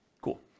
Cool